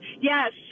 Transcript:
Yes